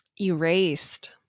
Erased